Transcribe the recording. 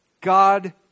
God